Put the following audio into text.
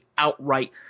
outright